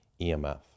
emf